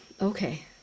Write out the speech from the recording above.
Okay